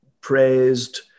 praised